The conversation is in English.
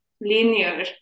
linear